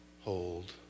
hold